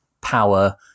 power